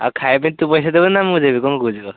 ଆଉ ଖାଇବା ପାଇଁ ତୁ ପଇସା ଦେବୁନା ମୁଁ ଦେବି କ'ଣ କହୁଛୁ କହ